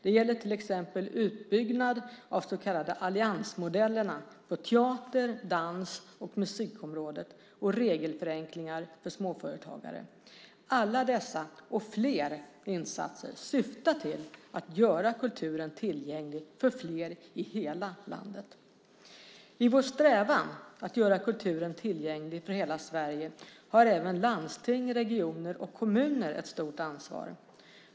Det gäller till exempel utbyggnad av de så kallade alliansmodellerna på teater-, dans och musikområdet och regelförenklingar för småföretagare. Alla dessa och fler insatser syftar till att göra kulturen tillgänglig för fler i hela landet. I vår strävan att göra kulturen tillgänglig för hela Sverige har även landsting, regioner och kommuner ett stort ansvar.